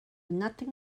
nothing